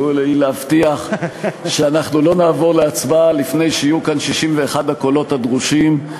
והיא להבטיח שאנחנו לא נעבור להצבעה לפני שיהיו כאן 61 הקולות הדרושים.